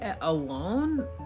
alone